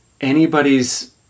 anybody's